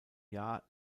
jahr